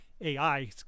AI